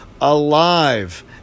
alive